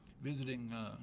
visiting